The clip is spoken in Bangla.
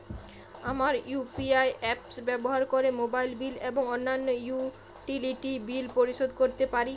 আমরা ইউ.পি.আই অ্যাপস ব্যবহার করে মোবাইল বিল এবং অন্যান্য ইউটিলিটি বিল পরিশোধ করতে পারি